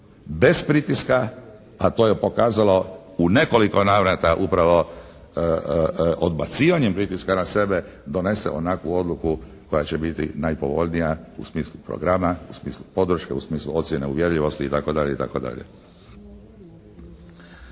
bez pritiska, a to je pokazalo u nekoliko navrata upravo odbacivanjem pritiska na sebe donese onakvu odluku koja će biti najpovoljnija u smislu programa, u smislu podrške, u smislu ocjene uvjerljivosti itd.